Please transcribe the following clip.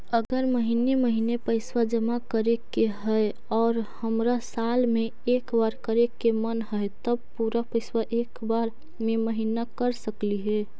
अगर महिने महिने पैसा जमा करे के है और हमरा साल में एक बार करे के मन हैं तब पुरा पैसा एक बार में महिना कर सकली हे?